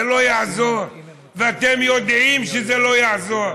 זה לא יעזור, ואתם יודעים שזה לא יעזור,